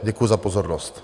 Děkuji za pozornost.